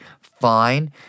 fine